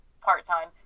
part-time